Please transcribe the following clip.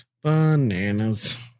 bananas